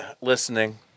listening